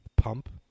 Pump